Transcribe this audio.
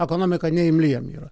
ekonomika neimli jiem yra